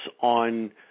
on